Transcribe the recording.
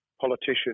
politician